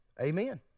Amen